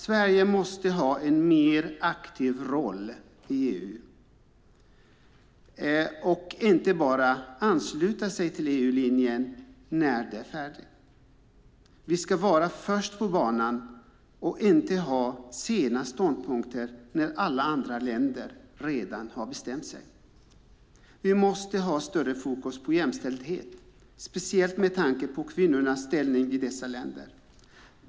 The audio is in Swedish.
Sverige måste ha en mer aktiv roll i EU och inte bara ansluta sig till EU-linjen när den är färdig. Vi ska vara först på banan och inte ha sena ståndpunkter, när alla andra länder redan har bestämt sig. Vi måste ha större fokus på jämställdhet, speciellt med tanke på kvinnornas ställning i dessa länder.